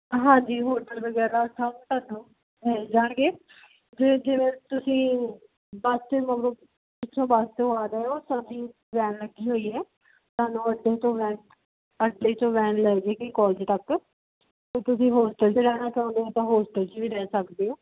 ਹਾਂਜੀ ਹੋਟਲ ਵਗੈਰਾ ਸਭ ਤੁਹਾਨੂੰ ਮਿਲ ਜਾਣਗੇ ਜੇ ਜਿਵੇਂ ਤੁਸੀਂ ਬਸ ਇੱਥੋਂ ਬੱਸ ਤੋਂ ਆ ਰਹੇ ਹੋ ਤਾਂ ਤੁਸੀਂ ਲੈਨ ਲੱਗੀ ਹੋਈ ਹੈ ਤਾਂ ਹੋਸ਼ਟਲ ਤੋਂ ਲੈ ਕੇ ਅੱਡੇ 'ਚੋਂ ਲੈਨ ਲੱਗੇਗੀ ਕਾਲਜ ਤੱਕ ਜੇ ਤੁਸੀਂ ਹੋਸਟਲ 'ਚ ਰਹਿਣਾ ਚਾਹੁੰਦੇ ਹੋ ਤਾਂ ਹੋਸਟਲ 'ਚ ਵੀ ਰਹਿ ਸਕਦੇ ਹੋ